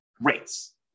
rates